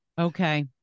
Okay